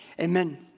amen